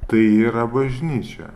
tai yra bažnyčia